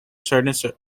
certain